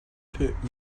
put